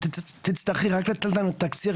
אבל תצטרכי רק לתת לנו תקציר,